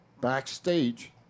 backstage